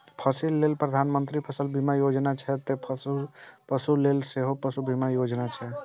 फसिल लेल प्रधानमंत्री फसल बीमा योजना छै, ते पशु लेल सेहो पशु बीमा योजना छै